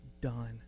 done